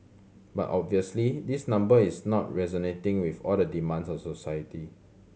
but obviously this number is not resonating with all the demands of society